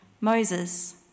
Moses